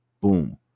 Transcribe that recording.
boom